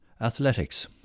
Athletics